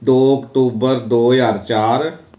ਦੋ ਅਕਤੂਬਰ ਦੋ ਹਜ਼ਾਰ ਚਾਰ